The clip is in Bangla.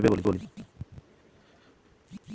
পাপায়া গটে অতি পুষ্টিকর ফল যাকে আমরা পেঁপে বলি